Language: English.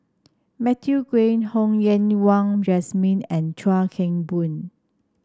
Matthew Ngui Ho Yen Wah Jesmine and Chuan Keng Boon